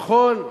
נכון,